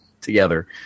together